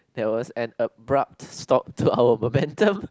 there was an abrupt stop to our momentum